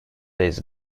this